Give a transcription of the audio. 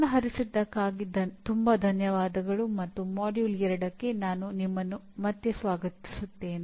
ಗಮನಹರಿಸಿದಕ್ಕಾಗಿ ತುಂಬಾ ಧನ್ಯವಾದಗಳು ಮತ್ತು ಮಾಡ್ಯೂಲ್ 2ಕ್ಕೆ ನಾನು ನಿಮ್ಮನ್ನು ಮತ್ತೆ ಸ್ವಾಗತಿಸುತ್ತೇನೆ